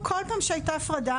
כל פעם שהייתה הפרדה,